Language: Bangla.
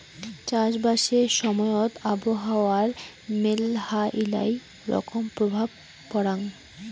চাষবাসের সময়ত আবহাওয়ার মেলহাই রকম প্রভাব পরাং